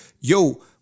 yo